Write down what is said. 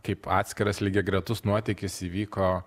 kaip atskiras lygiagretus nuotykis įvyko